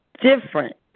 different